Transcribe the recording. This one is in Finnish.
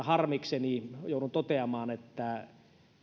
harmikseni joudun toteamaan että